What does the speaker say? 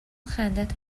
خندت